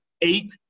eight